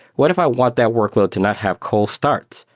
what if i want that workload to not have cold start?